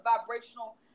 vibrational